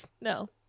No